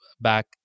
back